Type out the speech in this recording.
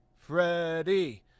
Freddie